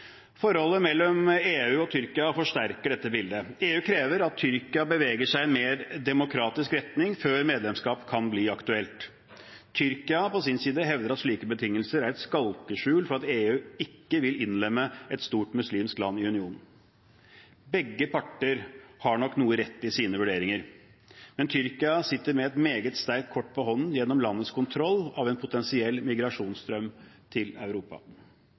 Forholdet mellom EU og Tyrkia forsterker dette bildet. EU krever at Tyrkia beveger seg i mer demokratisk retning før medlemskap kan bli aktuelt. Tyrkia på sin side hevder at slike betingelser er et skalkeskjul for at EU ikke vil innlemme et stort muslimsk land i unionen. Begge parter har nok noe rett i sine vurderinger, men Tyrkia sitter med et meget sterkt kort på hånden gjennom landets kontroll av en potensiell migrasjonsstrøm til Europa.